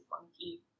funky